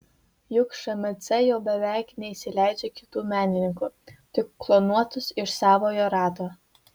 juk šmc jau beveik neįsileidžia kitų menininkų tik klonuotus iš savojo rato